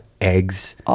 eggs